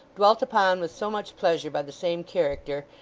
dwelt upon with so much pleasure by the same character,